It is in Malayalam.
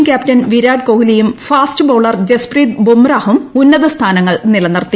ക്യാപ്ടൻ വിരാട് കോഹ്ലിയും ഫാസ്റ്റ് ബൌളർ ജസ്പ്രീത് ബുമ്രാഹും ഉന്നത സ്ഥാനങ്ങൾ നിലനിർത്തി